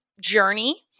journey